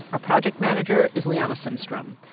our project manager is liana simstrom.